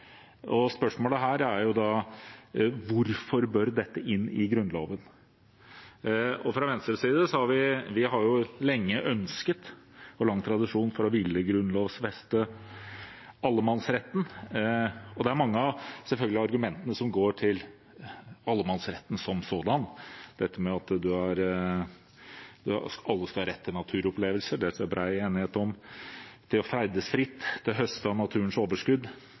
Spørsmålet her er: Hvorfor bør dette inn i Grunnloven? Fra Venstres side har vi lenge ønsket og har lang tradisjon for å ville grunnlovfeste allemannsretten, og mange av argumentene går selvfølgelig på allemannsretten som sådan. Det at alle skal ha rett til naturopplevelser, og også til å ferdes fritt og til å høste av naturens overskudd,